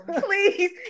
please